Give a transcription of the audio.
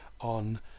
on